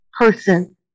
person